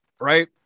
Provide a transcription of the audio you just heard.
right